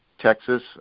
Texas